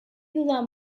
dudan